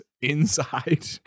inside